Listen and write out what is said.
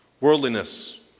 Worldliness